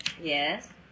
Yes